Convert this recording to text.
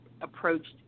approached